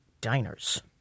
diners